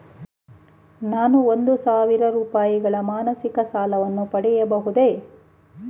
ನಾನು ಒಂದು ಸಾವಿರ ರೂಪಾಯಿಗಳ ಮಾಸಿಕ ಸಾಲವನ್ನು ಪಡೆಯಬಹುದೇ?